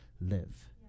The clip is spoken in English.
live